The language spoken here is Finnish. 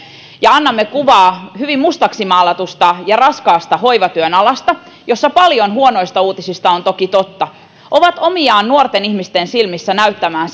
ja jossa annamme kuvaa hyvin mustaksi maalatusta ja raskaasta hoivatyön alasta jossa paljon huonoista uutisista on toki totta on omiaan nuorten ihmisten silmissä näyttämään